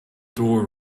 door